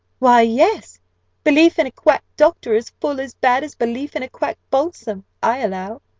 why, yes belief in a quack doctor is full as bad as belief in a quack balsam, i allow.